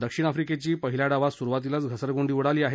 दक्षिण आफ्रिकेची पहिल्या डावात सुरुवातीलाच घसरगुंडी उडाली आहे